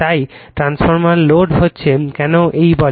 তাই transformer load হচ্ছে কেন এই বলে